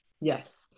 Yes